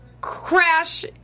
Crash